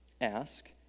ask